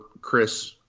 Chris